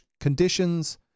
conditions